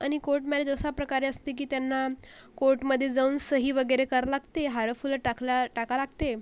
आणि court marriage असा प्रकारे असते की त्यांना कोर्टमध्ये जाऊन सही वगैरे करावी लागते हारं फुले टाकला टाकायला लागते